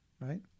right